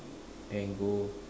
then go